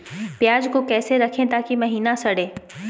प्याज को कैसे रखे ताकि महिना सड़े?